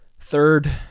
Third